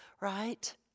right